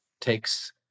takes